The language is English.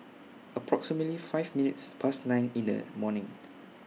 approximately five minutes Past nine in The morning